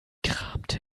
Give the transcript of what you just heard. kramte